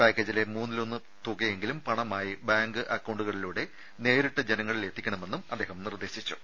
പാക്കേജിലെ മൂന്നിലൊന്ന് തുകയെങ്കിലും പണമായി ബാങ്ക് അക്കൌണ്ടുകളിലൂടെ നേരിട്ട് ജനങ്ങളിലെത്തണമെന്നും അദ്ദേഹം നിർദേശിച്ചു